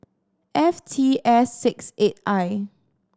F T S six eight I